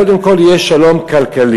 קודם כול יהיה שלום כלכלי.